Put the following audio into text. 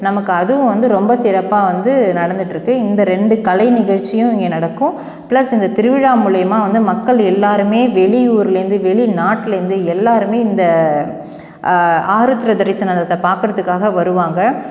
நமக்கு அதுவும் வந்து ரொம்ப சிறப்பாக வந்து நடந்துகிட்ருக்கு இந்த ரெண்டு கலை நிகழ்ச்சியும் இங்கே நடக்கும் ப்ளஸ் இந்த திருவிழா மூலிமா வந்து மக்கள் எல்லாேருமே வெளியூர்லேருந்து வெளிநாட்லேருந்து எல்லாேருமே இந்த ஆருத்ரா தரிசனத்தை பார்க்கறதுக்காக வருவாங்க